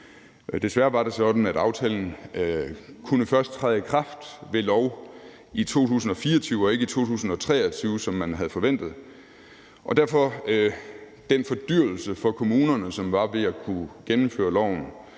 Desværre var det sådan, at aftalen først kunne træde i kraft ved lov i 2024 og ikke i 2023, som man havde forventet, så derfor blev den fordyrelse for kommunerne, der var ved at gennemføre loven,